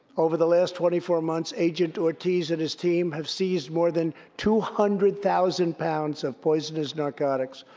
over the last twenty four months, agent ortiz and his team have seized more than two hundred thousand pounds of poisonous narcotics,